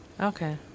Okay